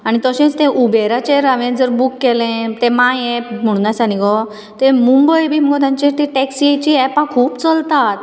आनी तशेंच उबेराचेर हांवें जर बूक केलें तें माय एक म्हुणून आसा न्ही गो मुंबय बी मुगो तीं टॅक्सीचीं एकां खूब चलतात